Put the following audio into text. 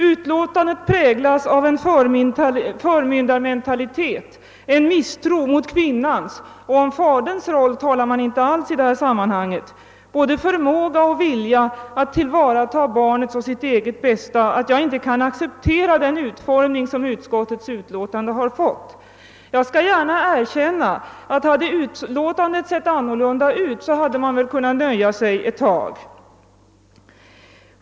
Utlåtandet präglas av en sådan förmyndarmentalitet och en sådan misstro mot kvinnans — om faderns roll talar man inte alls i detta sammanhang — både förmåga och vilja att tillvarata barnets och sitt eget bästa, att jag inte kan acceptera den utformning som utskottsutlåtandet fått. Jag skall gärna erkänna att man, om utlåtandet sett annorlunda ut, kunnat nöja sig ett tag.